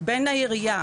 בין העירייה